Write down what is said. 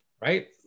Right